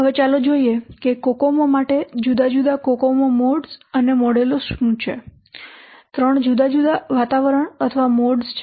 હવે ચાલો જોઈએ કે કોકોમો માટે જુદા જુદા કોકોમો મોડ્સ અને મોડેલો શું છે 3 જુદા જુદા વાતાવરણ અથવા મોડ્સ છે